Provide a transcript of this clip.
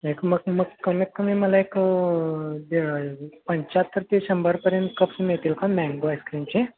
एक मग मग कमीत कमी मला एक ते पंचाहत्तर ते शंभरपर्यंत कप्स मिळतील का मँगो आईस्क्रीमचे